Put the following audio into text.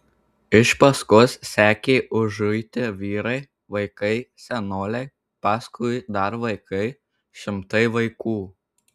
iš paskos sekė užuiti vyrai vaikai senoliai paskui dar vaikai šimtai vaikų